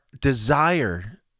desire